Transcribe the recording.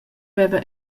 veva